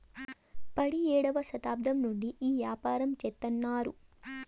పడియేడవ శతాబ్దం నుండి ఈ యాపారం చెత్తన్నారు